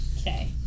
Okay